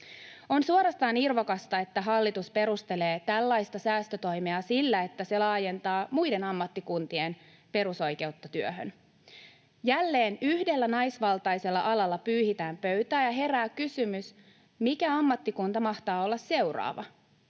On suorastaan irvokasta, että hallitus perustelee tällaista säästötoimea sillä, että se laajentaa muiden ammattikuntien perusoikeutta työhön. Jälleen yhdellä naisvaltaisella alalla pyyhitään pöytää, ja herää kysymys, mikä ammattikunta mahtaa olla seuraava.